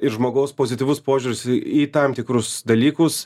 ir žmogaus pozityvus požiūris į į tam tikrus dalykus